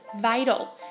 vital